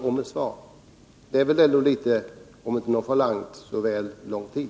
Jag skulle nästan vilja beteckna det som nonchalant att vänta med svaret så lång tid.